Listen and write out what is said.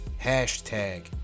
hashtag